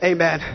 Amen